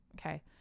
Okay